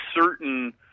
certain